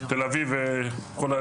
תל אביב וכל אזור המרכז.